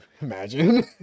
imagine